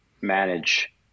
manage